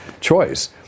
choice